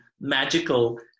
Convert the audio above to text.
magical